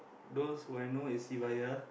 those who I know is Sivaya